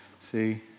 See